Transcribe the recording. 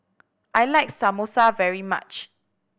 I like Samosa very much